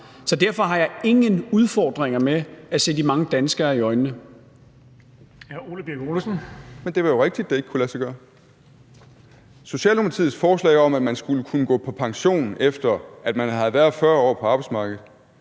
Hr. Ole Birk Olesen. Kl. 16:06 Ole Birk Olesen (LA): Men det var jo rigtigt, at det ikke kunne lade sig gøre. Socialdemokratiets forslag om, at man skulle kunne gå på pension, efter at man havde været 40 år på arbejdsmarkedet,